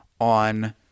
on